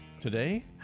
Today